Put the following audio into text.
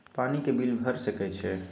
पानी के बिल भर सके छियै?